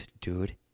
dude